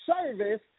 service